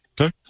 Okay